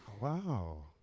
Wow